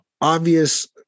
obvious